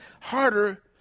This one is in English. harder